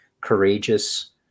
courageous